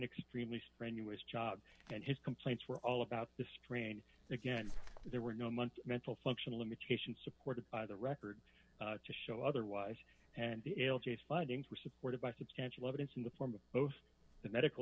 extremely strenuous job and his complaints were all about the strain again there were no months mental function limitation support of the record to show otherwise and the l g s findings were supported by substantial evidence in the form of both the medical